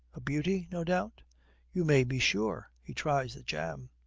a beauty, no doubt you may be sure he tries the jam.